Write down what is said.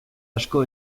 asko